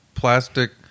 Plastic